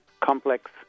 complex